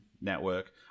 network